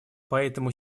поэтому